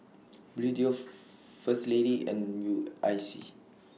Bluedio First Lady and U I C